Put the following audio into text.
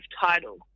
title